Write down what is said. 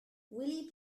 wiley